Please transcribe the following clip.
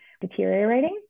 deteriorating